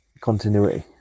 Continuity